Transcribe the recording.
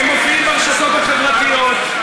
הם מופיעים ברשתות החברתיות,